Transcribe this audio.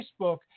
Facebook